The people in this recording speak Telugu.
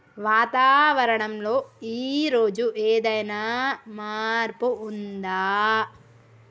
వాతావరణం లో ఈ రోజు ఏదైనా మార్పు ఉందా?